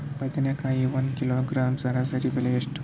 ಬದನೆಕಾಯಿ ಒಂದು ಕಿಲೋಗ್ರಾಂ ಸರಾಸರಿ ಬೆಲೆ ಎಷ್ಟು?